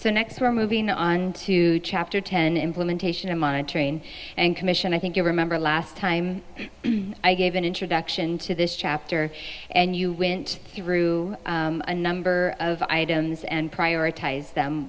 so next we're moving on to chapter ten implementation and monitoring and commission i think you remember last time i gave an introduction to this chapter and you went through a number of items and prioritize them